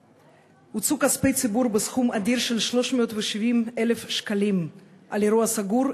הוצאו כספי ציבור בסכום אדיר של 370,000 שקלים על אירוע סגור,